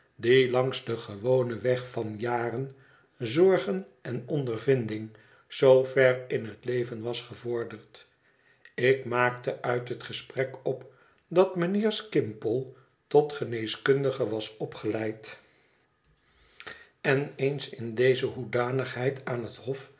langs den gewonen weg van jaren zorgen en ondervinding zoo ver in het leven was gevorderd ik maakte uit het gesprek op dat mijnheer skimpole tot geneeskundige was opgeleid en eens in deze hoedanigheid aan het hof